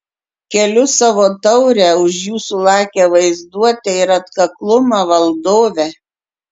keliu savo taurę už jūsų lakią vaizduotę ir atkaklumą valdove